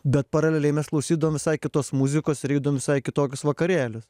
bet paraleliai mes klausydavom visai kitos muzikos ir eidavom į visai kitokius vakarėlius